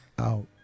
out